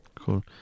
Cool